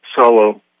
solo